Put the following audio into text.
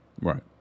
Right